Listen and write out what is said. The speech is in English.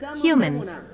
humans